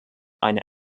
eine